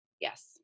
Yes